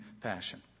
passion